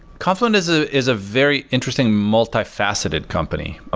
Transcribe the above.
confluent is ah is a very interesting multifaceted company,